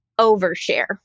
overshare